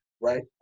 right